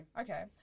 Okay